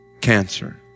cancer